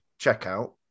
checkout